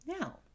now